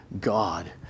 God